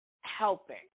helping